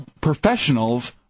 professionals